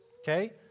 okay